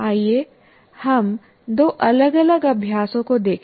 आइए हम दो अलग अलग अभ्यासों को देखें